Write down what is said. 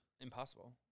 impossible